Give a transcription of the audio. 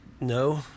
No